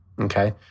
okay